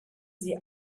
sie